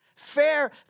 Fair